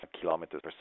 kilometers